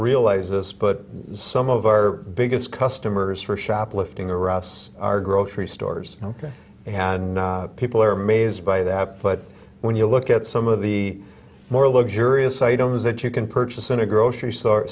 realize this but some of our biggest customers for shoplifting or us are grocery stores ok they had people are amazed by that but when you look at some of the more luxurious items that you can purchase in a grocery store